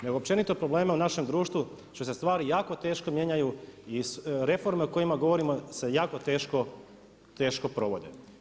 Nego općenito probleme u našem društvu, što se stvari jako teško mijenjaju i reforme o kojima govorimo se jako teško provode.